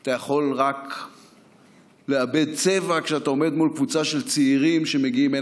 אתה יכול רק לאבד צבע כשאתה עומד מול קבוצה של צעירים שמגיעים הנה,